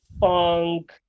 Funk